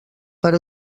per